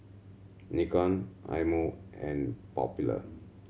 Nikon Eye Mo and Popular